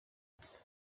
ibikorwa